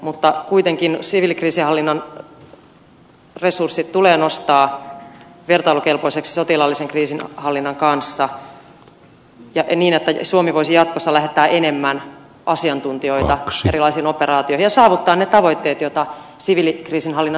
mutta kuitenkin siviilikriisinhallinnan resurssit tulee nostaa vertailukelpoisiksi sotilaallisen kriisinhallinnan kanssa ja niin että suomi voisi jatkossa lähettää enemmän asiantuntijoita erilaisiin operaatioihin ja saavuttaa ne tavoitteet joita siviilikriisinhallinnan